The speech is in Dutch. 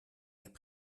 heb